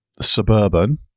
suburban